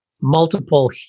multiple